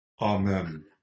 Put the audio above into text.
Amen